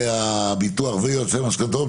הביטוח ויועצי משכנתאות,